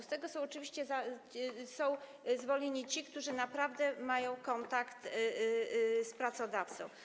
Z tego są oczywiście zwolnieni ci, którzy naprawdę mają kontakt z pracodawcą.